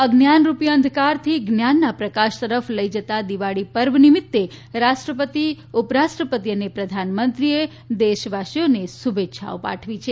અજ્ઞાનરૂપી અંધકારથી જ્ઞાનના પ્રકાશ તરફ લઇ જતા દિવાળી પર્વ નિમિત્તે રાષ્ટ્રપતિ ઉપરાષ્ટ્રપતિ પ્રધાનમંત્રીએ દેશવાસીઓને શુભેચ્છા પાઠવી છે